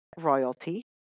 royalty